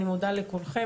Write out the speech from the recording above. אני מודה לכולכם.